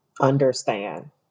understand